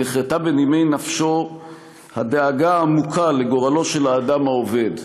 נחרתה בנימי נפשו הדאגה העמוקה לגורלו של האדם העובד,